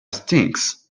stinks